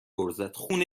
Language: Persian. عرضت؛ خون